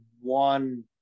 one